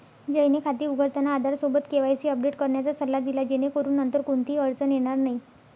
जयने खाते उघडताना आधारसोबत केवायसी अपडेट करण्याचा सल्ला दिला जेणेकरून नंतर कोणतीही अडचण येणार नाही